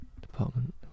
Department